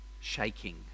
shaking